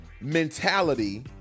mentality